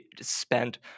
spent